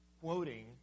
Quoting